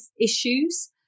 issues